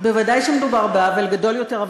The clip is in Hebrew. ודאי שמדובר בעוול גדול יותר.